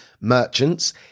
merchants